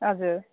हजुर